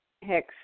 Hicks